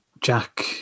Jack